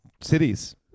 cities